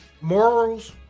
morals